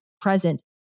present